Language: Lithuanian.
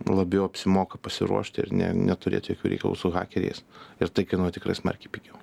labiau apsimoka pasiruošti ir ne neturėti jokių reikalų su hakeriais ir tai kainuoja tikrai smarkiai pigiau